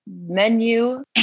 menu